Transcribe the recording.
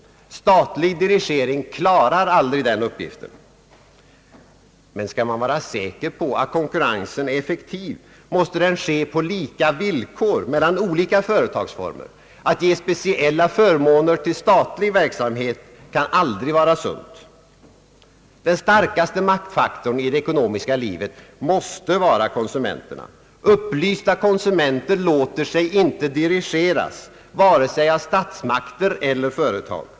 Statlig dirigering klarar aldrig av den uppgiften. Men skall man vara säker på att konkurrensen är effektiv, måste den ske på lika villkor mellan olika företagsformer. Att ge speciella förmåner till statlig verksamhet kan aldrig vara sunt. Den starkaste maktfaktorn i det ekonomiska livet måste vara konsumenterna. Upplysta konsumenter låter sig inte dirigeras, vare sig av statsmakter eller företag.